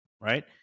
Right